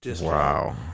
Wow